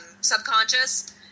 subconscious